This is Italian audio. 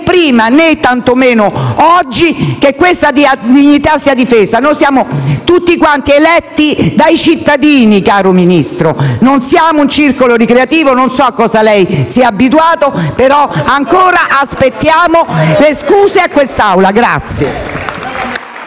prima, né tantomeno oggi, che questa dignità sia vilipesa. Noi siamo tutti quanti eletti dai cittadini, caro Ministro, non siamo un circolo ricreativo, non so a cosa lei sia abituato, ma ancora aspettiamo le scuse a quest'Assemblea.